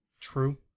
True